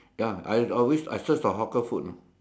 ya I always I search for hawker food know